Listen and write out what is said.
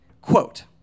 quote